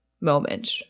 moment